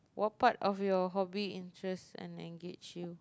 what part of your hobby interested and engage you